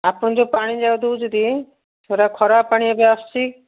ଆପଣ ଯୋଉ ପାଣି ଦେଉଥିବେ ସେଠି ସେଟା ଖରାପ ପାଣି ଏବେ ଆସୁଛି